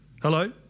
Hello